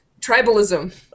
Tribalism